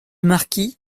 marquis